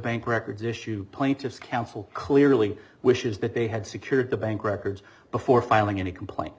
bank records issue plaintiff's counsel clearly wishes that they had secured the bank records before filing any complaint